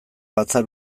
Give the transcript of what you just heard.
batzar